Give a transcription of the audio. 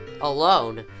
alone